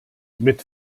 mit